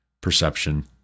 perception